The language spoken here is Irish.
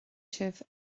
sibh